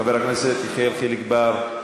חבר הכנסת יחיאל חיליק בר,